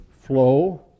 flow